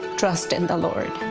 trust in the lord.